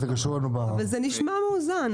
אבל זה נשמע מאוזן.